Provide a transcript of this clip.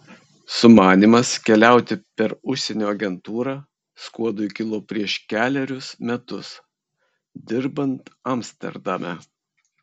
sumanymas keliauti per užsienio agentūrą skuodui kilo prieš kelerius metus dirbant amsterdame